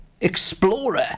explorer